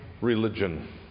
religion